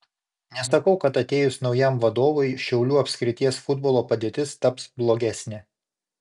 nesakau kad atėjus naujam vadovui šiaulių apskrities futbolo padėtis taps blogesnė